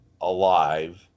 alive